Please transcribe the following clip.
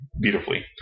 beautifully